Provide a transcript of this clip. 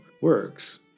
works